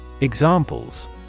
Examples